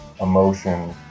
emotion